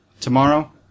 Tomorrow